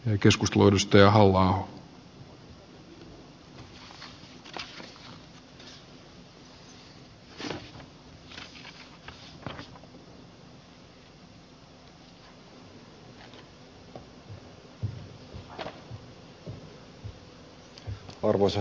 arvoisa herra puhemies